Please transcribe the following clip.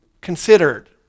considered